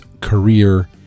career